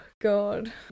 God